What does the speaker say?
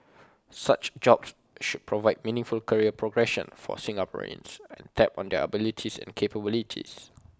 such jobs should provide meaningful career progression for Singaporeans and tap on their abilities and capabilities